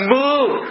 move